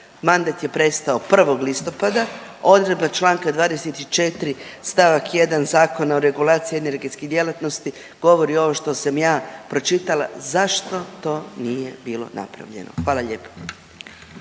mandat je prestao 1. listopada, odredba čl. 24. st. 1. Zakona o regulaciji energetskih djelatnosti govori ovo što sam ja pročitala, zašto to nije bilo napravljeno? Hvala lijepo.